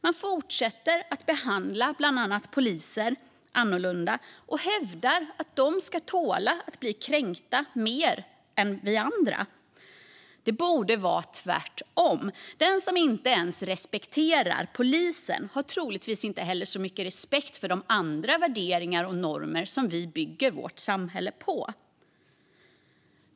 Man fortsätter att behandla bland annat poliser annorlunda och hävdar att de ska tåla att bli kränkta mer än vi andra. Det borde vara tvärtom. Den som inte ens respekterar polisen har troligtvis inte heller så mycket respekt för de andra värderingar och normer som vi bygger vårt samhälle på.